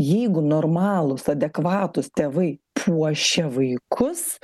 jeigu normalūs adekvatūs tėvai puošia vaikus